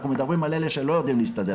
אנחנו מדברים על אלה שלא יודעים להסתדר לבד.